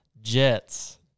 Jets